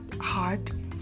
hard